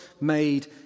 made